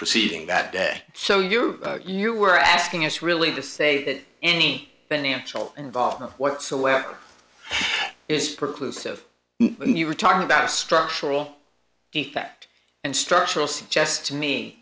proceeding that day so you're you were asking us really to say that any financial involvement whatsoever is per clue so if you were talking about a structural effect and structural suggest to me